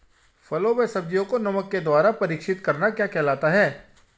फलों व सब्जियों को नमक के द्वारा परीक्षित करना क्या कहलाता है?